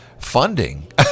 funding